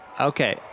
Okay